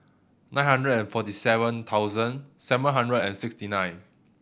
nine hundred and forty seven thousand seven hundred and sixty nine